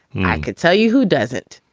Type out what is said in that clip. i could tell you who doesn't.